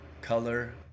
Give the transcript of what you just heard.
color